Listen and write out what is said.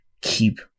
keep